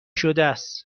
شدس